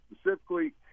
specifically